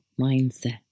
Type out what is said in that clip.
mindset